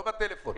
לא בטלפון.